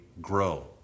grow